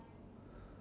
tipu dia